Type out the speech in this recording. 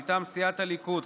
מטעם סיעת הליכוד,